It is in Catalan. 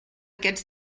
aquests